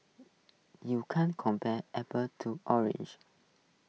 you can't compare apples to oranges